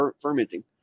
fermenting